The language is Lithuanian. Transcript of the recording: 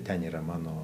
ten yra mano